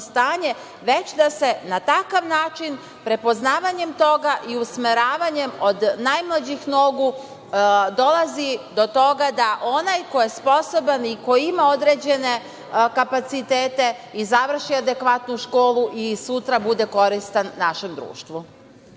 već da se na takav način, prepoznavanjem toga i usmeravanjem od najmlađih nogu dolazi do toga da onaj ko je sposoban, ko ima određene kapacitete i završi adekvatnu školu i sutra bude koristan našem društvu.